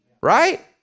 Right